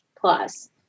plus